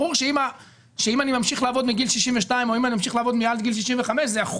ברור שאם אני ממשיך לעבוד מגיל 62 או אם אני ממשיך לעבוד מעל גיל 65,